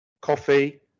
coffee